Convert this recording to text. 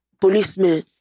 policemen